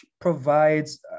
provides